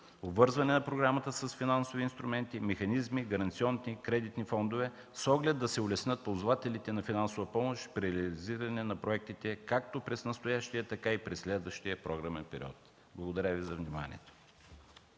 обвързване на програмата с финансови инструменти, механизми, гаранционните и кредитни фондове, с оглед да се улеснят ползвателите на финансова помощ при реализиране на проектите както през настоящия, така и през следващия програмен период. Благодаря Ви за вниманието.